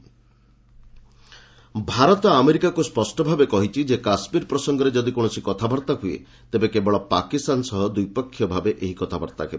Jaishankar Pompeo Bharat ଆମେରିକାକୁ ସ୍ୱଷ୍ଟ ଭାବେ କହିଛି ଯେ କାଶ୍ମୀର ପ୍ରସଙ୍ଗରେ ଯଦି କୌଣସି କଥାବାର୍ତ୍ତା ହୁଏ ତେବେ କେବଳ ପାକିସ୍ତାନ ସହ ଦ୍ୱିପକ୍ଷିୟ ଭାବେ ଏହି କଥାବାର୍ତ୍ତା ହେବ